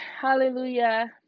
Hallelujah